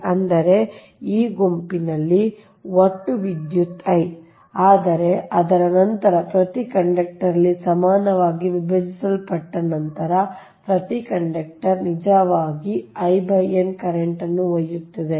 ಅಂದರೆ ಈ ಗುಂಪಿನಲ್ಲಿ ಒಟ್ಟು ವಿದ್ಯುತ್ I ಆದರೆ ಅದರ ನಂತರ ಪ್ರತಿ ಕಂಡಕ್ಟರ್ ಲಿ ಸಮಾನವಾಗಿ ವಿಭಜಿಸಲ್ಪಟ್ಟ ನಂತರ ಪ್ರತಿ ಕಂಡಕ್ಟರ್ ನಿಜವಾಗಿ I n ಕರೆಂಟ್ ನ್ನು ಒಯ್ಯುತ್ತದೆ